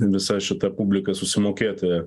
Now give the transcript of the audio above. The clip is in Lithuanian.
visa šita publika susimokėti